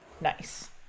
nice